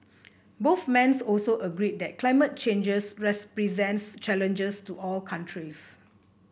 both men's also agreed that climate change presents challenges to all countries